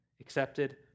accepted